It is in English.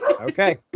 Okay